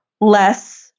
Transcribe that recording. less